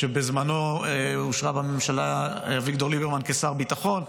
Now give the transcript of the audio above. שבזמנו אושרה בממשלה כשאביגדור ליברמן היה שר ביטחון,